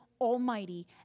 almighty